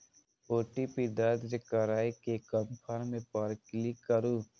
OTP दर्ज करै के कंफर्म पर क्लिक करू